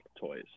toys